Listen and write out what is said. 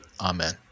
Amen